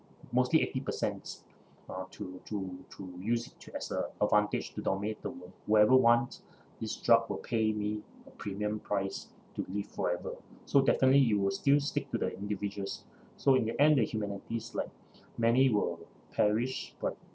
mostly eighty percent uh to to to use it to as a advantage to dominate the world whoever wants this drug will pay me a premium price to live forever so definitely you will still stick to the individuals so in the end the humanity is like many will perish but